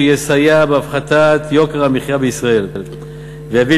שיסייע בהפחתת יוקר המחיה בישראל ויביא